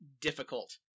difficult